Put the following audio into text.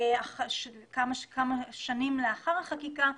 כמה שנים לאחר החקיקה.